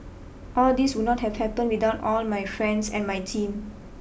all this would not have happened without all my friends and my team